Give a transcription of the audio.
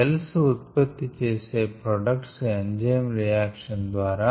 cells ఉత్పత్తి చేసే products enzyme reaction ద్వారా